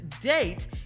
date